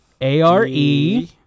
A-R-E-